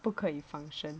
不可以 function